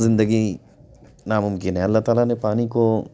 زندگی ناممکن ہے اللہ تعالیٰ نے پانی کو